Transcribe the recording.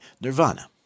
nirvana